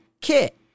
kit